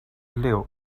leo